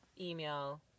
email